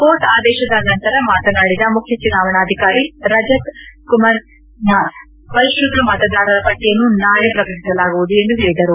court ಆದೇಶದ ನಂತರ ಮಾತನಾಡಿದ ಮುಖ್ಯ ಚುನಾವಣಾಧಿಕಾರಿ ರಜತ್ ಕುಮನಾರ್ ಪರಿಷ್ಕ ತ ಮತದಾರರ ಪಟ್ಟಿಯನ್ನು ನಾಳೆ ಪ್ರಕಟಿಸಲಾಗುವುದು ಎಂದು ಹೇಳಿದರು